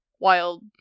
wild